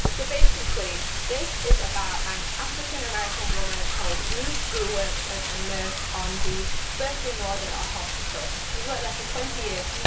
so basically this is about an african-american woman called ruth who works as a nurse on the birthing ward at a hospital. she's worked there like for twenty years,